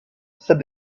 said